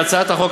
הצעת החוק,